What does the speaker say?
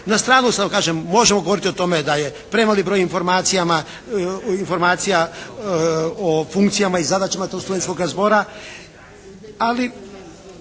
Na stranu, samo kažem možemo govoriti o tome da je premali broj informacija o funkcijama i zadaćama tog studentskoga zbora, ali